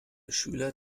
schüler